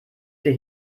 für